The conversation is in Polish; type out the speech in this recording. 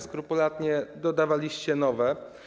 Skrupulatnie dodawaliście nowe.